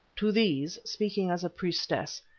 to these, speaking as a priestess,